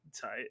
tight